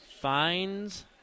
Finds